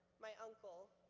my uncle,